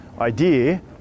idea